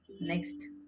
Next